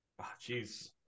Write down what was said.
Jeez